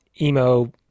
emo